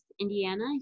Indiana